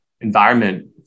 environment